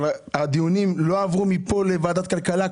אבל הדיונים לא עברו מכאן לוועדת הכלכלה?